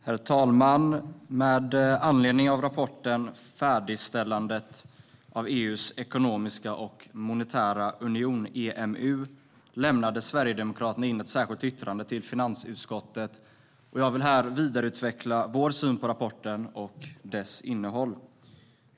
Herr talman! Med anledning av rapporten Färdigställandet av EU:s ekon omiska och monetära union , EMU, lämnade Sverigedemokraterna in ett särskilt yttrande till finansutskottet. Jag vill här vidareutveckla vår syn på rapporten och dess innehåll.